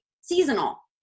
seasonal